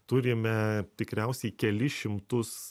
turime tikriausiai kelis šimtus